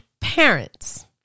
parents